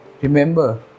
remember